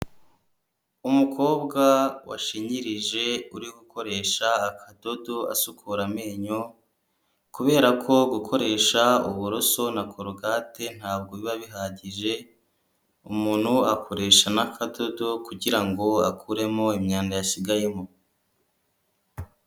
Umukobwa washinyirije uri gukoresha akadodo asukura amenyo kubera ko gukoresha uburoso na korogate ntabwo biba bihagije, umuntu akoresha n'akadodo kugira ngo akuremo imyanda yasigayemo.